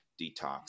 detox